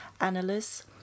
analysts